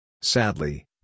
Sadly